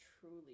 truly